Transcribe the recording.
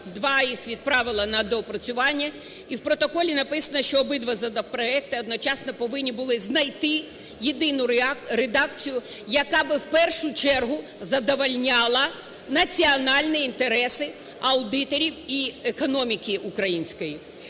два їх відправила на доопрацювання, І в протоколі написано, що обидва законопроекти одночасно повинні були знайти єдину редакцію, яка би в першу чергу задовольняла національні інтереси аудиторів і економіки української.